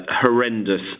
horrendous